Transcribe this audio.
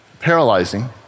paralyzing